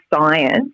science